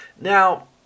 Now